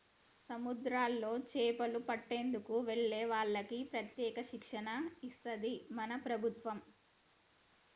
సముద్రాల్లో చేపలు పట్టేందుకు వెళ్లే వాళ్లకి ప్రత్యేక శిక్షణ ఇస్తది మన ప్రభుత్వం